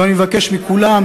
ואני מבקש מכולם,